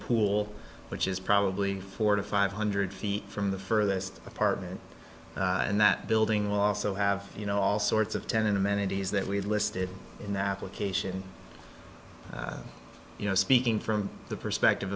pool which is probably four to five hundred feet from the furthest apartment and that building will also have you know all sorts of tenant amenities that we listed in the application you know speaking from the perspective